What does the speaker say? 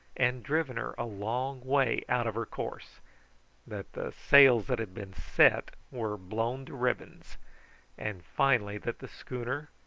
and driven her a long way out of her course that the sails that had been set were blown to ribbons and finally that the schooner,